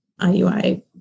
IUI